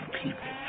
people